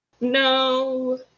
No